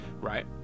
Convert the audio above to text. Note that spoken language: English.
right